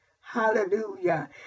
Hallelujah